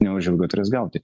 neužilgo turės gauti